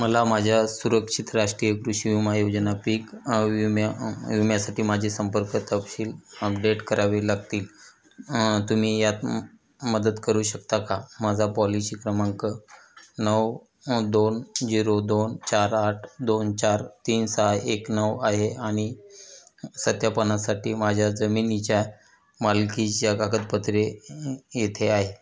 मला माझ्या सुरक्षित राष्ट्रीय कृषी विमा योजना पीक विम्या विम्यासाठी माझे संपर्क तपशील अपडेट करावे लागतील तुम्ही यात मदत करू शकता का माझा पॉलिशी क्रमांक नऊ दोन झिरो दोन चार आठ दोन चार तीन सहा एक नऊ आहे आणि सत्यापनासाठी माझ्या जमिनीच्या मालकीच्या कागदपत्रे येथे आहे